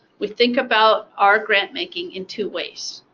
we think about our grant-making in two ways.